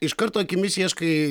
iš karto akimis ieškai